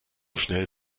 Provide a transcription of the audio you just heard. schnell